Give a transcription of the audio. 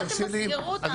אל תמסגרו אותם.